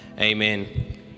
Amen